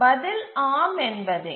பதில் ஆம் என்பதே